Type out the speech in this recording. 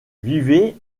vivez